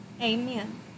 amen